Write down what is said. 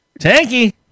Tanky